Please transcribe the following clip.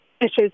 issues